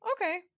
okay